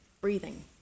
breathing